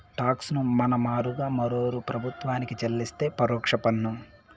talks ను మన మారుగా మరోరూ ప్రభుత్వానికి చెల్లిస్తే పరోక్ష పన్ను